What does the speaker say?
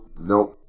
Nope